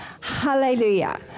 hallelujah